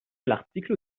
l’article